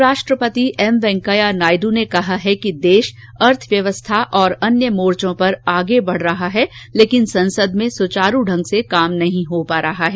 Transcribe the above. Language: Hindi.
उपराष्ट्रपति एम वेंकैया नायडू ने कहा है कि देश अर्थव्यवस्था और अन्य मोर्चो पर आगे बढ रहा है लेकिन संसद में सुचारू ढंग से काम नहीं हो रहा है